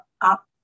up